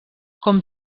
com